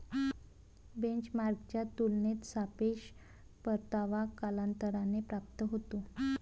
बेंचमार्कच्या तुलनेत सापेक्ष परतावा कालांतराने प्राप्त होतो